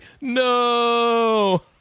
No